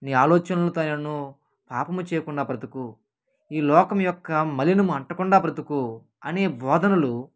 నీ ఆలోచనలతోనైనను పాపము చేయకుండా బ్రతుకు ఈ లోకం యొక్క మలినం అంటకుండా బ్రతుకు అనే బోధనలు